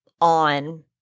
on –